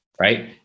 right